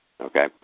okay